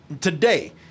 today